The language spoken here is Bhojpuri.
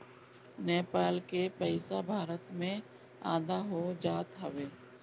नेपाल के पईसा भारत में आधा हो जात हवे